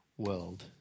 world